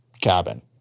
cabin